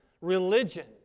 religion